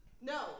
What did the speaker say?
no